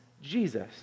Jesus